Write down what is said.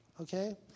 okay